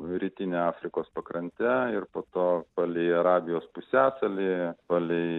rytine afrikos pakrante ir po to palei arabijos pusiasalį palei